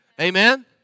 Amen